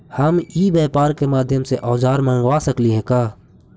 हम ई व्यापार के माध्यम से औजर मँगवा सकली हे का?